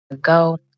Go